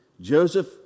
Joseph